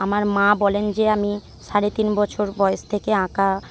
আমার মা বলেন যে আমি সাড়ে তিন বছর বয়স থেকে আঁকা